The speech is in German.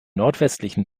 nordwestlichen